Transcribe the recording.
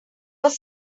was